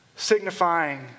Signifying